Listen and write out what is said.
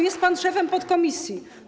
Jest pan szefem podkomisji.